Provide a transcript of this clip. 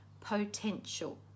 potential